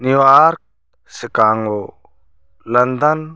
New York Chicago London